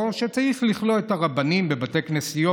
שצריך לכלוא את הרבנים בבתי כנסיות,